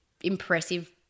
impressive